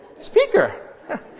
speaker